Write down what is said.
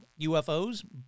UFOs